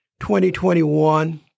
2021